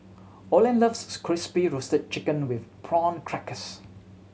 Olene loves Crispy Roasted Chicken with Prawn Crackers